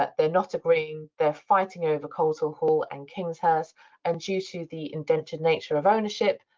ah they're not agreeing. they're fighting over coleshill hall and kingshurst. and due to the indentured nature of ownership,